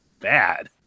bad